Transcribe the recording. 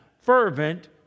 fervent